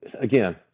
again